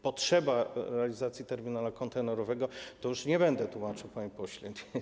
Potrzeba realizacji terminala kontenerowego - tego już nie będę tłumaczył, panie pośle.